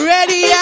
ready